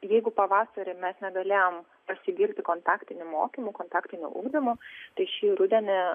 jeigu pavasarį mes negalėjom pasigirti kontaktiniu mokymu kontaktiniu ugdymu tai šį rudenį